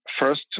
First